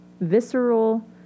visceral